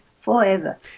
forever